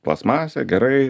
plasmasė gerai